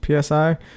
PSI